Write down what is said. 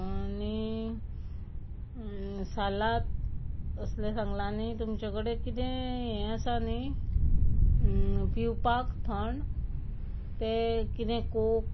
आनी सालाद असलें सांगलां आनी तुमचे कडे कितें हें आसा न्ही पिवपाक थंड तें किदें कोक